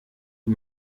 die